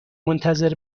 منتظر